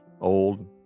old